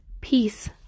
peace